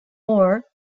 more